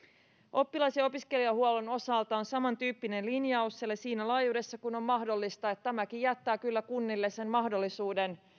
oppilas ja opiskelijahuollon osalta on samantyyppinen linjaus eli siinä laajuudessa kuin on mahdollista tämäkin jättää kyllä kunnille sen mahdollisuuden